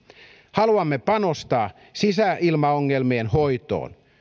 haluamme panostaa sisäilmaongelmien hoitoon